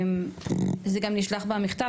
זה גם נשלח במכתב,